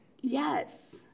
Yes